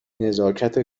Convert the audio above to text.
نزاکت